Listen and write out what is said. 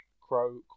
Crow